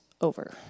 over